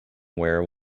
wear